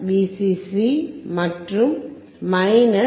Vcc மற்றும் -Vcc